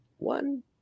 one